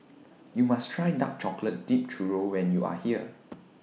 YOU must Try Dark Chocolate Dipped Churro when YOU Are here